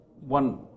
One